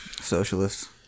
Socialists